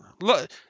Look